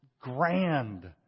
grand